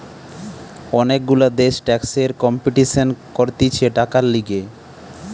অনেক গুলা দেশ ট্যাক্সের কম্পিটিশান করতিছে টাকার লিগে